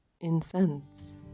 Incense